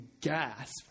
gasp